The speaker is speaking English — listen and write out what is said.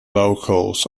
locals